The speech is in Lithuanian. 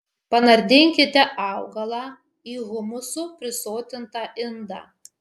panardinkite augalą į humusu prisotintą indą